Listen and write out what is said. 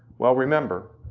well remember,